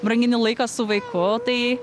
brangini laiką su vaiku tai